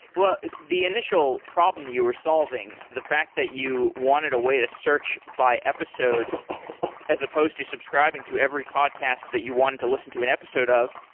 well, the initial problem that you were solving, the fact that you wanted a way to search by episodes as supposed to subscribing to every podcast that you want to listen to an episode of.